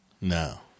No